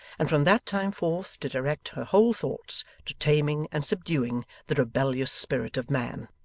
and from that time forth to direct her whole thoughts to taming and subduing the rebellious spirit of man.